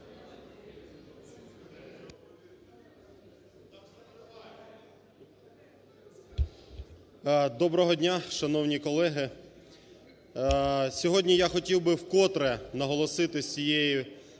Доброго дня, шановні колеги! Сьогодні я хотів би вкотре наголосити з цієї